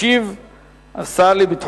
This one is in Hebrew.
אם כן, 20 בעד, שלושה מתנגדים,